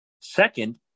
Second